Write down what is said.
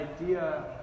idea